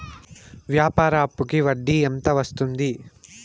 వ్యాపార అప్పుకి వడ్డీ ఎంత వస్తుంది?